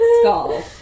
skull